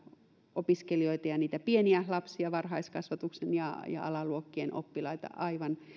opiskelijoita ja niitä pieniä lapsia varhaiskasvatuksen ja ja alaluokkien oppilaita aivan